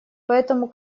поэтому